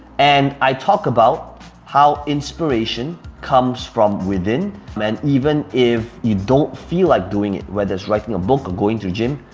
and i talk about how inspiration comes from within and even if you don't feel like doing it, whether it's writing a book or going to the gym,